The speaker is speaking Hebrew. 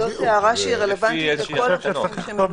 זאת הערה שהיא רלוונטית לכל הגופים בסעיף (ב).